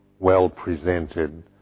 well-presented